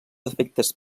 efectes